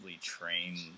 trained